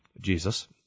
Jesus